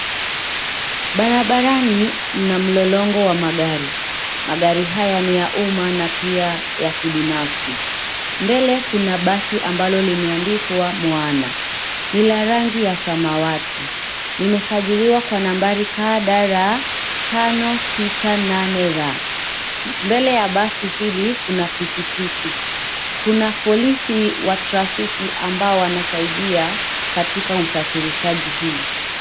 Barabarani mna mlolongo wa magari. Magari haya ni ya umma na pia ya kibinafsi. Mbele kuna basi ambalo limeandikwa Moana, ni la rangi ya samawati. Limesajiliwa kwa nambari KDR 568R. Mbele ya basi hili kuna pikipiki. Kuna polisi wa trafiki ambao wanasaidia katika usafirishaji huu.